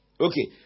Okay